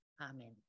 Amen